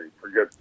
Forget